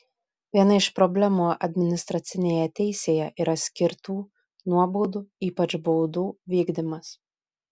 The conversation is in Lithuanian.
viena iš problemų administracinėje teisėje yra skirtų nuobaudų ypač baudų vykdymas